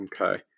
Okay